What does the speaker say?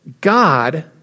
God